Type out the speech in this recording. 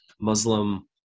Muslim